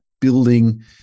building